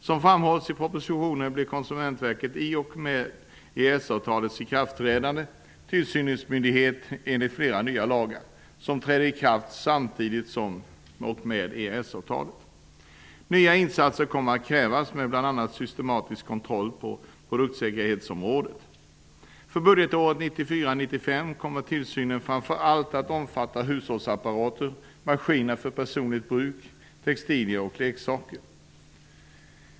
Som framhålls i propositionen blir Konsumentverket i och med EES-avtalets ikraftträdande tillsynsmyndighet enligt flera nya lagar, som träder i kraft samtidigt med EES-avtalet. Nya insatser kommer att krävas med bl.a. kommer tillsynen framför allt att omfatta hushållsapparater, maskiner för personligt bruk, textilier och leksaker.